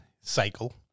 cycle